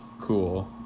cool